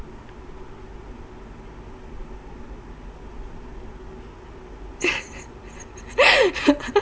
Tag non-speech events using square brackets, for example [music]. [laughs]